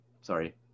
Sorry